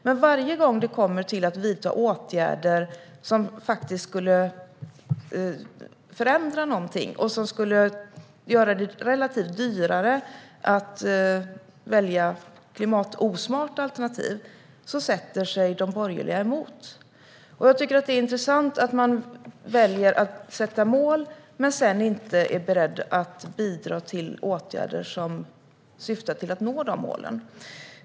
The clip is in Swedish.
Men varje gång det kommer till att vidta åtgärder som skulle förändra någonting och som skulle göra det dyrare att välja klimatosmarta alternativ sätter sig de borgerliga emot. Jag tycker att det är intressant att man väljer att sätta mål men sedan inte är beredd att bidra till åtgärder som syftar till att nå de målen.